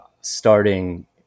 starting